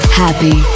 happy